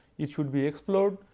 it should be explored.